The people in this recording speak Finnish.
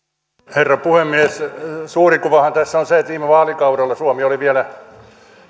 herra puhemies suuri kuvahan tässä on se että viime vaalikaudella suomi oli vielä